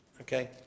okay